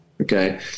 okay